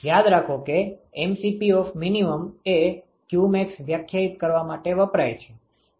યાદ રાખો mCp એ qmax વ્યાખ્યાયિત કરવા માટે વપરાય છે